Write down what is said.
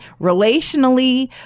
relationally